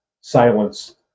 silence